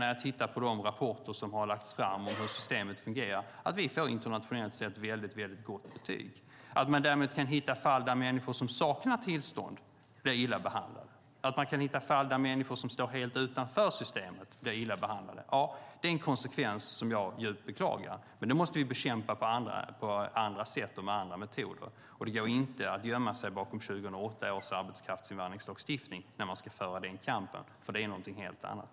När jag tittar på de rapporter som har lagts fram om hur systemet fungerar måste jag säga att vi internationellt sett får ett mycket gott betyg. Att man däremot kan hitta fall där människor som saknar tillstånd blir illa behandlade och att man kan hitta fall där människor som står helt utanför systemet blir illa behandlade är en konsekvens som jag djupt beklagar. Men detta måste vi bekämpa på andra sätt och med andra metoder. Det går inte att gömma sig bakom 2008 års arbetskraftsinvandringslagstiftning när man ska föra den kampen eftersom det är någonting helt annat.